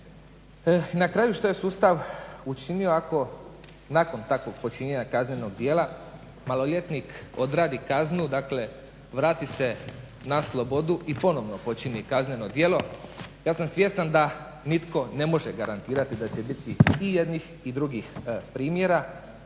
na kraju što je sustav učinio ako nakon takvog počinjenja kaznenog djela maloljetnik odradi kaznu dakle vrati se na slobodu i ponovno počini kazneno djelo ja sam svjestan da nitko ne može garantirati da će biti i jednih i drugih primjera,